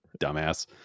Dumbass